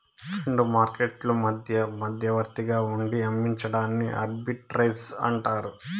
రెండు మార్కెట్లు మధ్య మధ్యవర్తిగా ఉండి అమ్మించడాన్ని ఆర్బిట్రేజ్ అంటారు